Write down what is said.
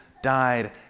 died